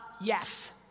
Yes